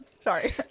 Sorry